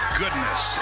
goodness